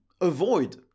avoid